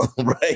Right